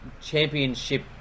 Championship